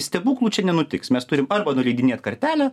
stebuklų čia nenutiks mes turim arba nuleidinėt kartelę